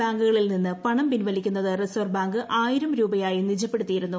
ബാങ്കുകളിൽ നിന്നും പണം പിൻവലിക്കുന്നത് റിസർവ്വ് ബാങ്ക് ആയിരം രൂപയായി നിജപ്പെടുത്തിയിരുന്നു